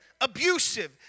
abusive